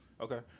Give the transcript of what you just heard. Okay